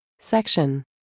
Section